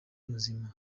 muzima